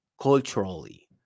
culturally